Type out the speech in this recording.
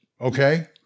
okay